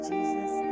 Jesus